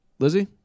Lizzie